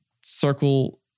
Circle